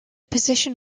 position